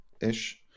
ish